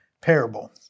parable